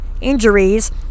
injuries